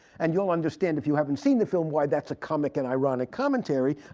and you'll understand if you haven't seen the film why that's a comic and ironic commentary.